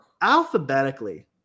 Alphabetically